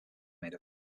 made